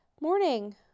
morning